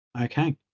okay